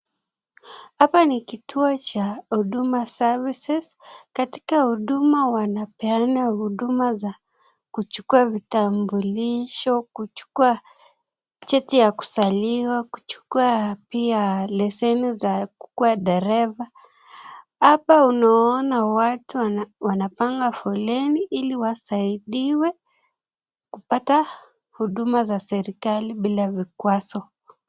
Hapa ni kitu cha Huduma Services . Katika huduma wanepeana huduma za kuchukua vitambulisho, kuchukua cheti ya kuzaliwa, kuchukua pia leseni za kukuwa dereva. Hapa unaona watu wanapanga foleni ili wasaidiwe kupata huduma za serikali bila vikwazo.